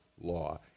law